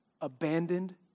abandoned